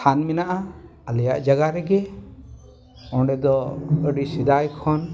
ᱛᱷᱟᱱ ᱢᱮᱱᱟᱜᱼᱟ ᱟᱞᱮᱭᱟᱜ ᱡᱟᱭᱜᱟ ᱨᱮᱜᱮ ᱚᱸᱰᱮ ᱫᱚ ᱟᱹᱰᱤ ᱥᱮᱫᱟᱭ ᱠᱷᱚᱱ